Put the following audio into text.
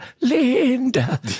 Linda